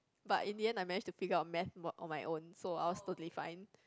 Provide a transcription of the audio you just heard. but in the end I manage to figure out Math o~ on my own so I was totally fine